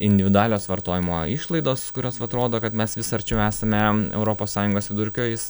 individualios vartojimo išlaidos kurios atrodo kad mes vis arčiau esame europos sąjungos vidurkio jis